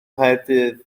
nghaerdydd